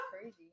crazy